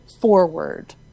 forward